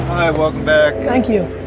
welcome back. thank you.